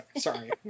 Sorry